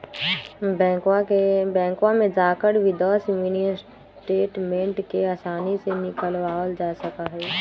बैंकवा में जाकर भी दस मिनी स्टेटमेंट के आसानी से निकलवावल जा सका हई